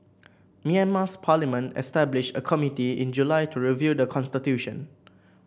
Myanmar's parliament established a committee in July to review the constitution